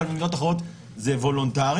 אבל במדינות אחרות זה וולונטרי,